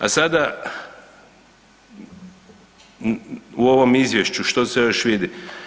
A sada u ovom izvješću što se još vidi.